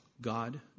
God